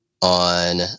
on